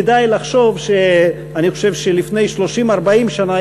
כדאי לחשוב על כך שלפני 30 40 שנה,